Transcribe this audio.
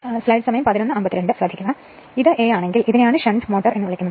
ഇപ്പോൾ ഇത് എ ആണെങ്കിൽ ഇതിനെയാണ് ഷണ്ട് മോട്ടോർ എന്ന് വിളിക്കുന്നത്